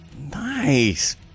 Nice